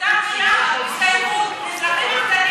מה זה שייך לחוק הזה?